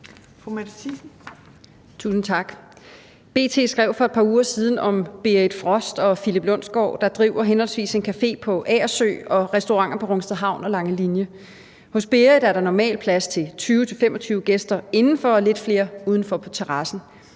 (NB): Tusind tak. B.T. skrev for et par uger siden om Berit Frost og Philip Lundsgaard, der driver henholdsvis en café på Agersø og restauranter på Rungsted Havn og Langelinie. Hos Berit er der normalt plads til 20-25 gæster indenfor og lidt flere udenfor på terrassen.